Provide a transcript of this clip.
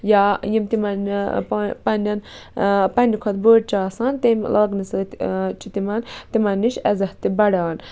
یا یِم تِمن پہ پَنٕنین پَنٕنہِ کھۄتہٕ بٔڑۍ چھِ آسان تِم لاگنہٕ سۭتۍ چھُ تِمن تِمَن نِش عیزت تہِ بَڑان